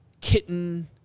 Kitten